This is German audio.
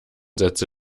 sätze